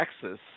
Texas